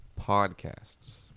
podcasts